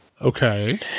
Okay